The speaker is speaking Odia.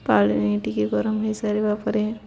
ପାଣି ଟିକେ ଗରମ ହୋଇସାରିବା ପରେ